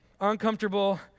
uncomfortable